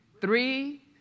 Three